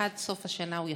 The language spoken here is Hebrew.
שעד סוף השנה הוא יחתום.